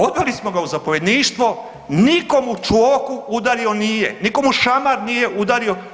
Odveli smo ga u zapovjedništvo nitko mu čoku udario nije, nitko mu šamar nije udario.